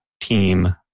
team